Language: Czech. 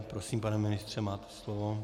Prosím, pane ministře, máte slovo.